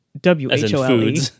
w-h-o-l-e